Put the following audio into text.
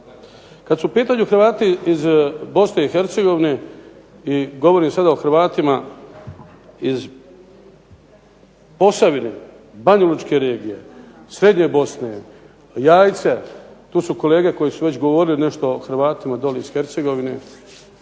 Kad su u pitanju Hrvati iz Bosne i Hercegovine, govorim sada o Hrvatima iz Posavine, Banjalučke regije, srednje Bosne, Jajce. Tu su kolege koji su već govorili nešto o Hrvatima dole iz Hercegovine,